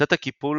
שיטות הקיפול